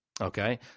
Okay